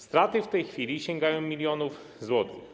Straty w tej chwili sięgają milionów złotych.